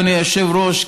אדוני היושב-ראש,